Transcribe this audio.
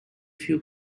few